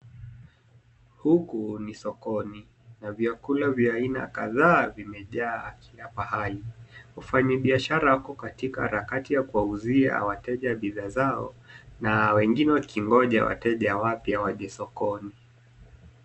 Huku ni sokoni na vyakula vya aina kadhaa zimejaa kila pahali. Wafanyibiashara ako katika harakati ya kuwauzia wateja bidhaa zao na wengine wakigoja wateja wapya waje sokoni.